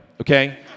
okay